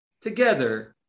together